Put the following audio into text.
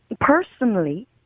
Personally